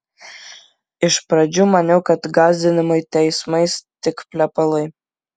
iš pradžių maniau kad gąsdinimai teismais tik plepalai